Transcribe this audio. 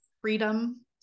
freedom